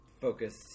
focus